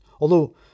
although